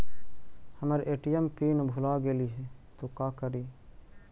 हमर ATM pin भूला गेली हे, तो का करि?